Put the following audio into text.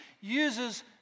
uses